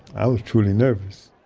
i was truly nervous